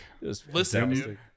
listen